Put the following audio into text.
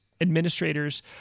administrators